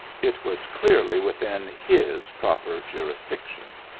it was clearly within his proper jurisdiction.